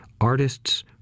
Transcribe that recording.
artists